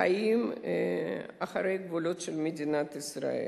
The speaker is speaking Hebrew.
חיים מחוץ גבולות מדינת ישראל.